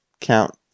count